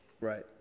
Right